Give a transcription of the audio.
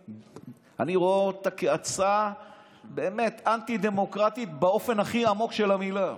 אני רואה בהצעה הזאת הצעה אנטי-דמוקרטית באופן הכי עמוק של המילה.